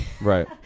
Right